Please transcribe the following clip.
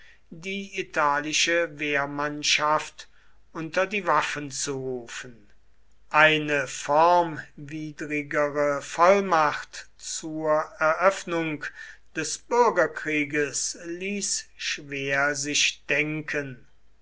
die italische wehrmannschaft unter die waffen zu rufen eine formwidrigere vollmacht zur eröffnung des bürgerkrieges ließ schwer sich denken